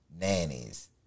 Nannies